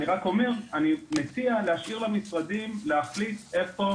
אני רק מציע להשאיר למשרדים להחליט איפה